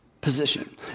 position